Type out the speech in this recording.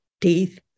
Teeth